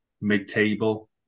mid-table